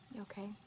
okay